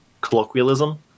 colloquialism